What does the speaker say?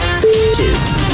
bitches